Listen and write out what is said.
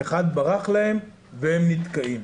אחד ברח להם והם נתקעים.